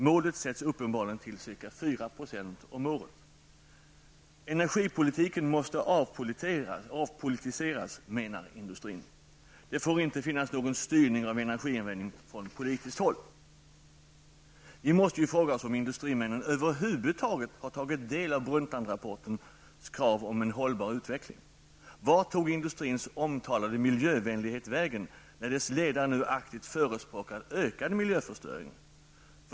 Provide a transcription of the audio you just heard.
Målet sätts uppenbarligen till ca 4 % Energipolitiken skall avpolitiseras, menar industrin. Det får inte finnas någon styrning av energianvändningen från politiskt håll. Vi måste fråga oss om industrimännen över huvud taget har tagit del av Brundtlandrapportens krav på en hållbar utveckling. Vart tog industrins omtalade miljövänlighet vägen när dess ledare nu aktivt förespråkar ökad miljöförstöring?